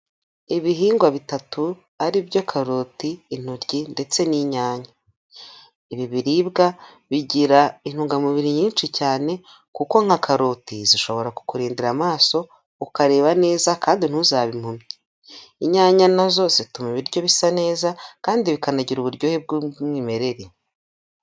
Ibihingwa bitatu ari byo karoti, intoryi ndetse n'inyanya, ibi biribwa bigira intungamubiri nyinshi cyane kuko nka karoti zishobora ku kurindira amaso ukareba neza kandi ntuzabe impumyi. Inyanya na zo zituma ibiryo bisa neza kandi bikanagira uburyohe bw'umwimerere.